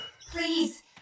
Please